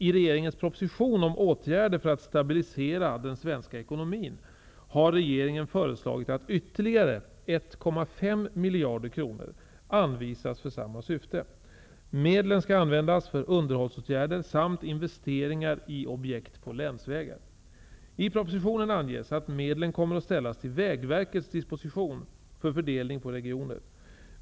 I regeringens proposition om åtgärder för att stabilisera den svenska ekonomin har regeringen föreslagit att ytterligare 1,5 miljarder kronor anvisas för samma syfte. Medlen skall användas för underhållsåtgärder samt investeringar i objekt på länsvägar. I propositionen anges att medlen kommer att ställas till Vägverkets disposition för fördelning på regioner.